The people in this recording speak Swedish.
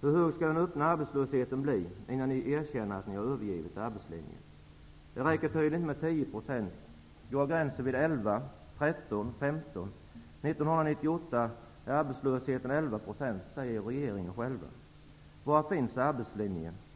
Hur hög skall den öppna arbetslösheten bli, innan ni erkänner att ni har övergivit arbetslinjen? Det räcker tydligen inte med 10 %. Går gränsen vid 11 %, 13 % eller 15 %? 1998 är arbetslösheten 11 %, säger regeringen. Var finns arbetslinjen?